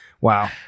Wow